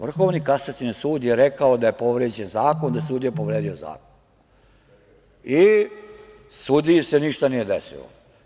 Vrhovni kasacioni sud je rekao da je povređen zakon, da je sudija povredio zakon i sudiji se ništa nije desilo.